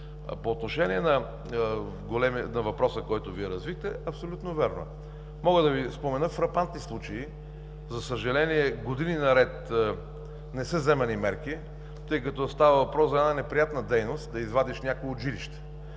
По отношение на въпроса, който Вие развихте, абсолютно вярно е. Мога да Ви спомена фрапантни случаи. За съжаление, години наред не са вземани мерки, тъй като става въпрос за една неприятна дейност – да извадиш някого от жилище.